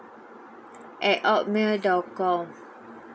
at hotmail dot com